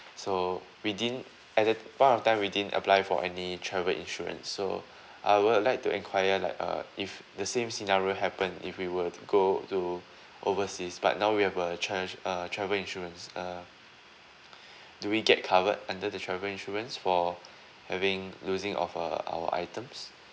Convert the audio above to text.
so we didn't at that point of time we didn't apply for any travel insurance so I would like to enquire like uh if the same scenario happen if we were to go to overseas but now we have a tra~ uh travel insurance uh do we get covered under the travel insurance for having losing of uh our items